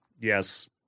Yes